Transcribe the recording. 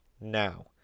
now